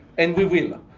and we will.